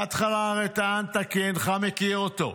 בהתחלה הרי טענת כי אינך מכיר אותו,